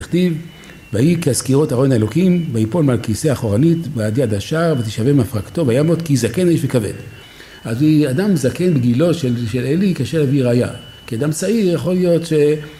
״ויהי כהזכירו את ארון האלוקים, ויפול מהכיסא אחורנית, ועד יד השער, ותשבר מפרקתו וימות כי זקן האיש וכבד״. אז אדם זקן בגילו של עלי, קשה להביא ראיה. כי אדם צעיר יכול להיות ש...